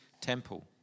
temple